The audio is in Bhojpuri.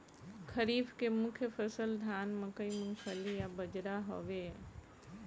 खरीफ के मुख्य फसल धान मकई मूंगफली आ बजरा हवे